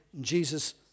Jesus